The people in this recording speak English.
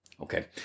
okay